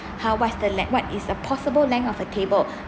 how was the length what is a possible length of a table